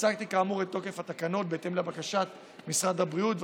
הצגתי כאמור את תוקף התקנות בהתאם לבקשת משרד הבריאות,